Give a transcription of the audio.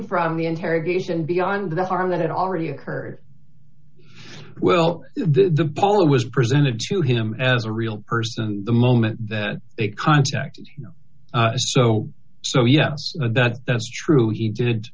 from the interrogation beyond the harm that had already occurred well the poll was presented to him as a real person the moment that they contacted so so yes that that's true he didn't